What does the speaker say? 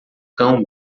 cão